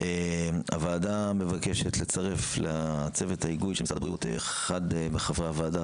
הוועדה מבקשת לצרף לצוות ההיגוי של משרד הבריאות אחד מחברי הוועדה,